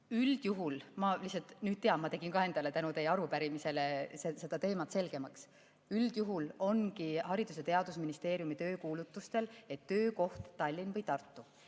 Üldjuhul – ma nüüd tean, ma tegin endale tänu teie arupärimisele selle teema selgemaks – ongi Haridus- ja Teadusministeeriumi töökuulutustes, et töökoht on Tallinn või Tartu.